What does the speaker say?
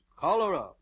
Cholera